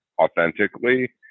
authentically